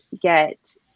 get